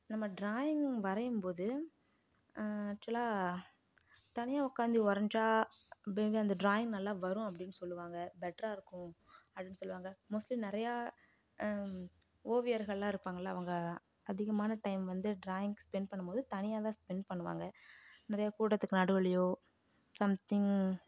நம்ம டிராயிங் வரையும்போது ஆக்சுவலாக தனியாக உக்காந்து வரைஞ்சா அப்போ வந்து அந்த டிராயிங் நல்லா வரும் அப்படின்னு சொல்லுவாங்க பெட்டராக இருக்கும் அப்படின்னு சொல்லுவாங்க மோஸ்ட்லி நிறையா ஓவியர்களெலாம் இருப்பாங்கல்ல அவங்க அதிகமான டைம் வந்து டிராயிங்கு ஸ்பென்ட் பண்ணும்போது தனியாக தான் ஸ்பென்ட் பண்ணுவாங்க நிறையா கூட்டத்துக்கு நடுவிலையோ சம்திங்